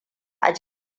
da